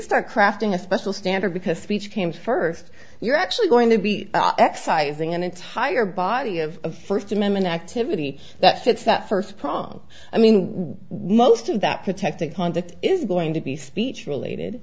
start crafting a special standard because speech came first you're actually going to be excising an entire body of first amendment activity that fits that first prong i mean most of that protected conduct is going to be speech related